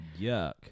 Yuck